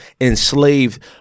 enslaved